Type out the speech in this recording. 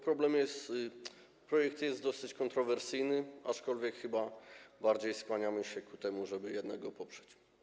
Projekt jest dosyć kontrowersyjny, aczkolwiek chyba bardziej skłaniamy się ku temu, żeby jednak go poprzeć.